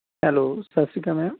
hello ਸਤਿ ਸ਼੍ਰੀ ਅਕਾਲ ਮੈਮ